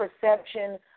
perception